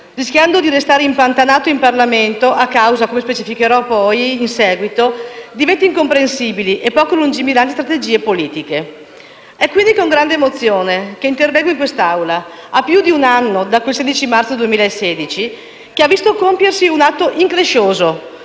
rischiando di restare impantanato in Parlamento a causa, come specificherò meglio in seguito, di veti incomprensibili e poco lungimiranti strategie politiche. È quindi con grande emozione che intervengo in questa Aula, a più di un anno da quel 16 marzo del 2016, che ha visto compiersi un atto increscioso